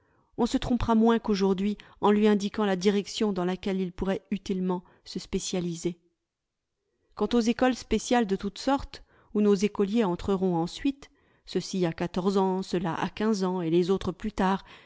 on se trompera moins qu'aujourd'hui en lui indiquant la direction dans laquelle il pourrait utilement se spécialiser quant aux écoles spéciales de toutes sortes où nos écoliers entreront ensuite ceux-ci à quatorze ans ceux-là à quinze ans et les autres plus tard